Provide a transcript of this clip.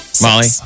Molly